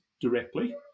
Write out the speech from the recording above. directly